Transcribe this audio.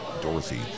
Dorothy